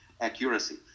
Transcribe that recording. accuracy